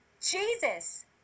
Jesus